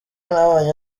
nabonye